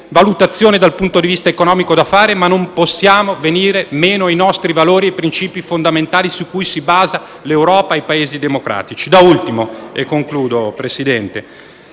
valutazioni dal punto di vista economico, ma non possiamo venire meno ai nostri valori e ai principi fondamentali su cui si basano l'Europa e i Paesi democratici. Da ultimo - e concludo, Presidente